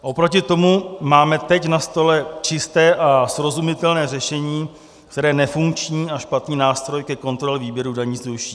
Oproti tomu máme teď na stole čisté a srozumitelné řešení, které nefunkční a špatný nástroj ke kontrole výběru daní zruší.